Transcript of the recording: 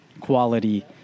quality